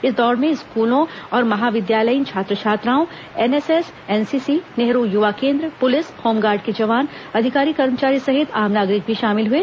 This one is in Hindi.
इस दौड़ में स्कूलों महाविद्यालयीन छात्र छात्राओं एनएसएस एनसीसी नेहरू युवा केंद्र पुलिस होम गार्ड के जवान अधिकारी कर्मचारी सहित आम नागरिक शामिल हुए